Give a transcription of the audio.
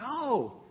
No